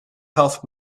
health